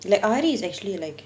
like aari is actually like